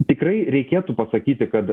tikrai reikėtų pasakyti kad